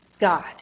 God